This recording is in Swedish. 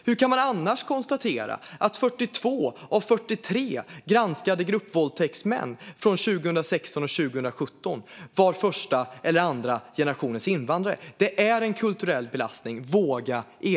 Hur kan man annars konstatera att 42 av 43 granskade gruppvåldtäktsmän från 2016 och 2017 var första eller andra generationens invandrare? Det är en kulturell belastning. Våga erkänna det!